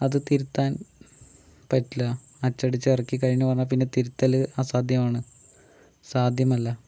അത് തിരുത്താൻ പറ്റില്ല അച്ചടിച്ച് ഇറക്കി കഴിഞ്ഞാൽ അത് പിന്നെ തിരുത്തല് അസാധ്യമാണ് സാധ്യമല്ല